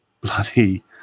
bloody